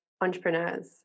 entrepreneurs